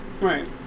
Right